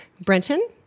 Brenton